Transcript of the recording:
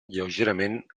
lleugerament